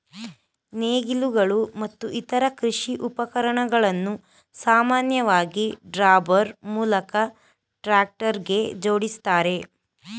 ನೇಗಿಲುಗಳು ಮತ್ತು ಇತರ ಕೃಷಿ ಉಪಕರಣಗಳನ್ನು ಸಾಮಾನ್ಯವಾಗಿ ಡ್ರಾಬಾರ್ ಮೂಲಕ ಟ್ರಾಕ್ಟರ್ಗೆ ಜೋಡಿಸ್ತಾರೆ